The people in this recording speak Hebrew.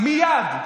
מייד.